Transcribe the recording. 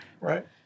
Right